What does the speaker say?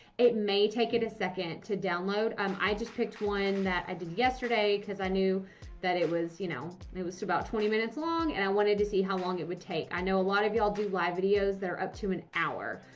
it may take it a second to download. um, i just picked one that i did yesterday because i knew that it was, you know, and it was about twenty minutes long and i wanted to see how long it would take. i know a lot of y'all do live videos that up to an hour.